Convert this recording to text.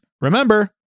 Remember